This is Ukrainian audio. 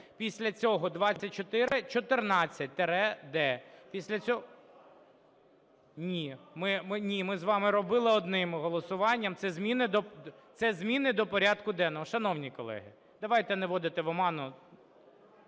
Після цього… (Шум у залі) Ні, ми з вами робили одним голосуванням. Це зміни до порядку денного. Шановні колеги, давайте не вводити в оману.